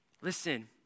Listen